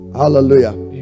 hallelujah